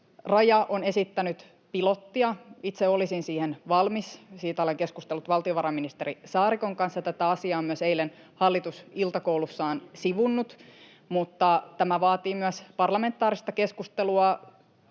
Raja on esittänyt pilottia. Itse olisin siihen valmis. Siitä olen keskustellut valtiovarainministeri Saarikon kanssa. Tätä asiaa on myös eilen hallitus iltakoulussaan sivunnut, mutta tämä vaatii myös parlamentaarista keskustelua